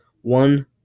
one